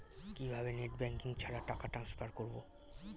কিভাবে net banking ছাড়া টাকা ট্রান্সফার করবো?